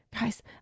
guys